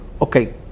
okay